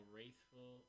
Wraithful